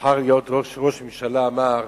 כשנבחר להיות ראש הממשלה, אמר: